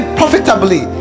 profitably